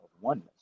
oneness